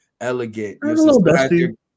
elegant